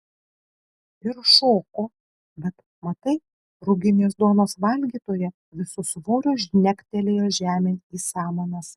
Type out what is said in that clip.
ir šoko bet matai ruginės duonos valgytoja visu svoriu žnegtelėjo žemėn į samanas